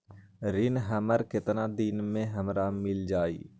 ऋण हमर केतना दिन मे हमरा मील जाई?